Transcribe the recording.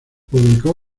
publicó